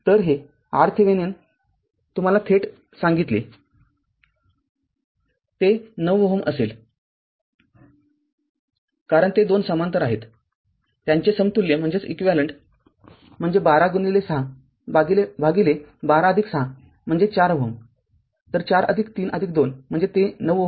तर हे RThevenin तुम्हाला थेट सांगितले ते ९ Ω असेल कारण हे दोन समांतर आहेत त्यांचे समतुल्य म्हणजे १२६ भागिले १२६ म्हणजे ४Ω तर४३२ म्हणजे ते ९Ω आहे